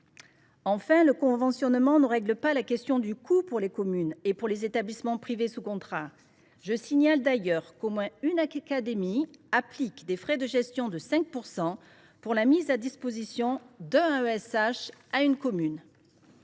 Enfin, le conventionnement ne règle pas la question du coût pour les communes et pour les établissements privés sous contrat. Je signale d’ailleurs qu’au moins une académie applique des frais de gestion de 5 % pour la mise à disposition d’un AESH à une commune.